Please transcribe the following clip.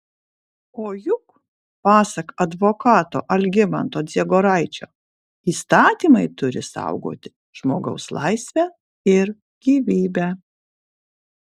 o juk pasak advokato algimanto dziegoraičio įstatymai turi saugoti žmogaus laisvę ir gyvybę